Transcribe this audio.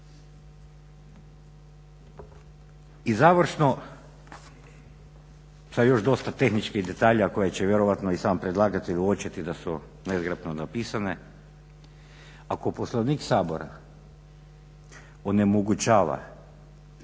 I završno, sa još dosta tehničkih detalja koje će vjerojatno i sam predlagatelj uočiti da su nezgrapno napisane, ako Poslovnik Sabora onemogućava